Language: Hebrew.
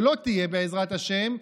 שלא תהיה, בעזרת השם,